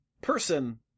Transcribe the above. person